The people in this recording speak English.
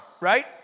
Right